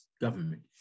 government